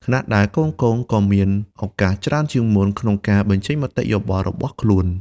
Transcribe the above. ខណៈដែលកូនៗក៏មានឱកាសច្រើនជាងមុនក្នុងការបញ្ចេញមតិយោបល់របស់ខ្លួន។